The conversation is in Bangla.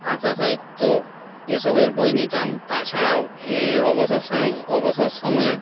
ভাষা সাহিত্য এসবের বই নিতাম তাছাড়াও অবসর সময় অবসর সময়ে